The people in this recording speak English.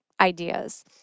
ideas